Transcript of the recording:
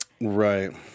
Right